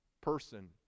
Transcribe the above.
person